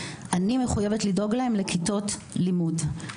אני מחויבת לדאוג להם לכיתות לימוד.